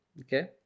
Okay